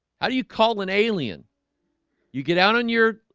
how do you call an alien you get out on your